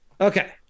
Okay